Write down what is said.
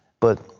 but